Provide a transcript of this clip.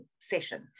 session